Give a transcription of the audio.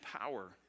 power